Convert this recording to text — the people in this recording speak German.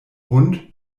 hund